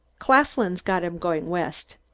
claflin's got him going west.